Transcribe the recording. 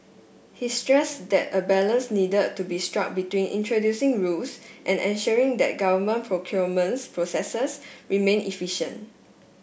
he stressed that a balance needed to be struck between introducing rules and ensuring that government procurement processes remain efficient